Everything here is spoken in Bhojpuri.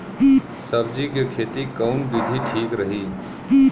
सब्जी क खेती कऊन विधि ठीक रही?